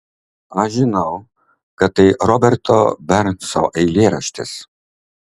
aš žinau kad tai roberto bernso eilėraštis